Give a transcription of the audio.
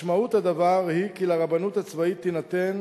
משמעות הדבר היא, לרבנות הצבאית יינתן